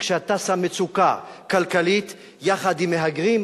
כשאתה שם מצוקה כלכלית יחד עם מהגרים,